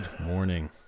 morning